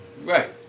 right